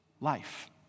life